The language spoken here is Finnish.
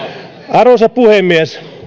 arvoisa puhemies